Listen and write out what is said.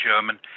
German